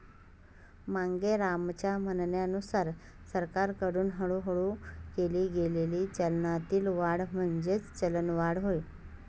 मांगेरामच्या म्हणण्यानुसार सरकारकडून हळूहळू केली गेलेली चलनातील वाढ म्हणजेच चलनवाढ होय